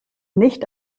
nicht